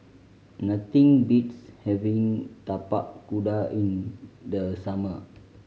nothing beats having Tapak Kuda in the summer